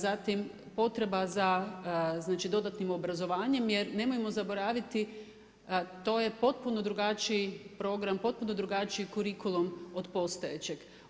Zatim potreba za dodatnim obrazovanjem jer nemojmo zaboraviti to je potpuno drugačiji program potpuno drugačiji kurikulum od postojećeg.